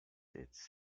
its